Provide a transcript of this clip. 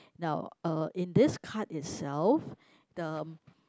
now uh in this card itself the